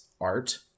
art